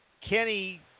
Kenny